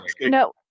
No